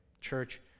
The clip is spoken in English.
Church